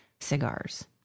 cigars